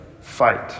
fight